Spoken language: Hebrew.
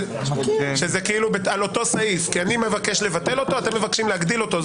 וזה על אותו סעיף שאני מבקש לבטל אותו ואתם מבקשים להגדיל אותו.